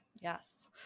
yes